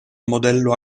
modello